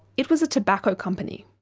it was a tobacco company.